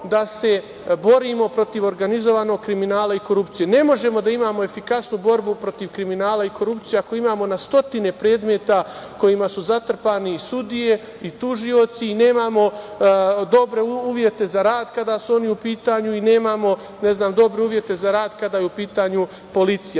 da se borimo protiv organizovanog kriminala i korupcije. Ne možemo da imamo efikasnu borbu protiv kriminala i korupcije ako imamo na stotine predmeta kojima su zatrpani sudije, tužioci, nemamo dobre uvete za rad kada su oni u pitanju i nemamo, ne znam, dobre uvete za rad kada je u pitanju policija. Znači,